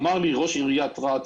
אמר לי ראש עיריית רהט,